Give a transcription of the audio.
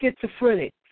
schizophrenic